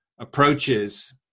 approaches